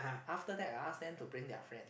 after that I ask them to bring their friend